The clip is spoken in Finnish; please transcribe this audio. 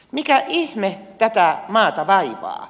mikä ihme tätä maata vaivaa